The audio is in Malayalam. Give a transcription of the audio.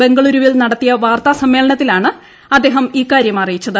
ബംഗുളൂരുവിൽ നടത്തിയ വാർത്താസമ്മേളനത്തിലാണ് അദ്ദേഹം ഇക്കാര്യം അറിയിച്ചത്